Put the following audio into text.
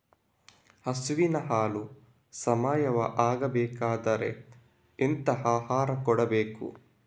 ಹಸುವಿನ ಹಾಲು ಸಾವಯಾವ ಆಗ್ಬೇಕಾದ್ರೆ ಎಂತ ಆಹಾರ ಕೊಡಬೇಕು?